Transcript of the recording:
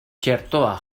txertoa